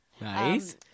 Nice